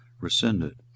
rescinded